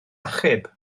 achub